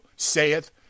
saith